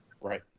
Right